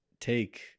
take